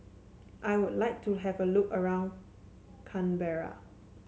I would like to have a look around Canberra